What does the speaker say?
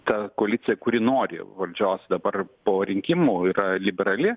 ta koalicija kuri nori valdžios dabar po rinkimų yra liberali